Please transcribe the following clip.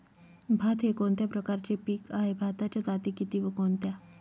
भात हे कोणत्या प्रकारचे पीक आहे? भाताच्या जाती किती व कोणत्या?